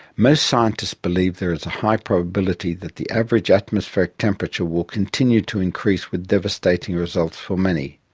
most scientists believe there is a high probability that the average atmospheric temperature will continue to increase with devastating results for many,